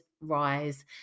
Rise